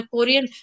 Korean